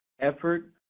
effort